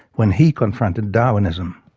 when he confronted darwinism.